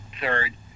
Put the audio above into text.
third